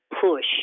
push